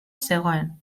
zegoen